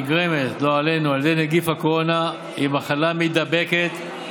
המשבר, של תעסוקה מלאה, זה חתיכת אתגר.